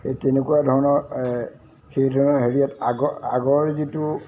সেই তেনেকুৱা ধৰণৰ সেই ধৰণৰ হেৰিয়াত আগৰ আগৰ যিটো